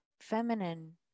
feminine